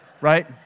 Right